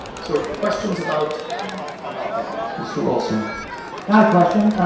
so questions about about that metric? mr. wilson? not a question.